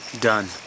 Done